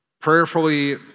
prayerfully